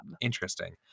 Interesting